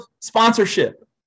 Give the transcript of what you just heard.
sponsorship